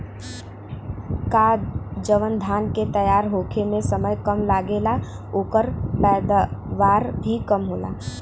का जवन धान के तैयार होखे में समय कम लागेला ओकर पैदवार भी कम होला?